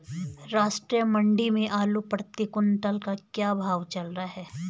राष्ट्रीय मंडी में आलू प्रति कुन्तल का क्या भाव चल रहा है?